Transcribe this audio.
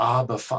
Abba